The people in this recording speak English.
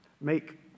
Make